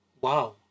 wow